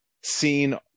seen